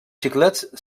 xiclets